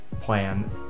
plan